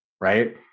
right